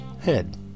head